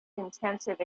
intensive